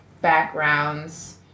backgrounds